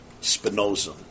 Spinoza